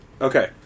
Okay